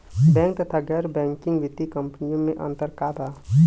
Bank तथा गैर banking वित्तीय कम्पनीयो मे अन्तर का बा?